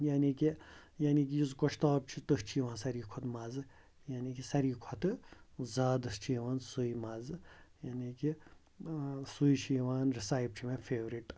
یعنی کہِ یعنی کہِ یُس گۄشتاب چھِ تٔتھۍ چھِ یِوان ساروی کھۄتہٕ مَزٕ یعنی کہِ ساروی کھۄتہٕ زیادَس چھِ یِوان سُے مَزٕ یعنی کہِ سُے چھِ یِوان رِسایپ چھِ مےٚ فیورِٹ